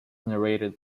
narrated